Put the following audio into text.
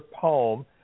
poem